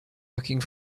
looking